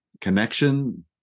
connection